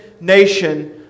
nation